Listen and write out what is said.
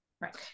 Right